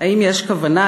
האם יש כוונה,